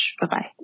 Bye-bye